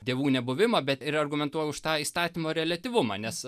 dievų nebuvimą bet ir argumentuoja už tą įstatymo reliatyvumą nes